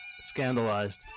scandalized